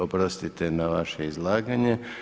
Oprostite na vaše izlaganje.